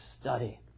study